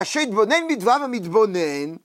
אשר התבונן בדבר המתבונן